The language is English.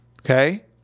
Okay